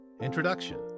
Introduction